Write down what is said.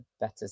better